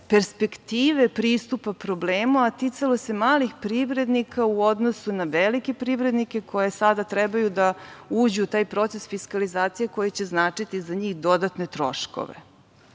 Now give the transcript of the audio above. perspektive pristupa problemu, a ticalo se malih privrednika u odnosu na velike privrednike koji sada trebaju da uđu u taj proces fiskalizacije koji će značiti za njih dodatne troškove